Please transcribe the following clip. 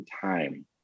time